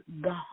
God